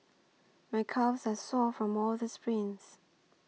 my calves are sore from all the sprints